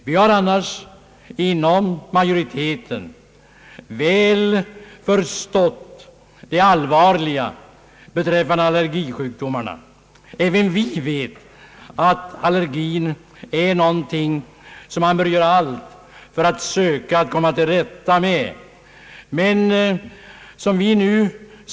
Vi har annars inom majoriteten väl förstått hur allvarliga allergisjukdomarna är. Även vi vet att man bör göra allt för att komma till rätta med allergin.